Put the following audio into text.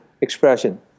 expression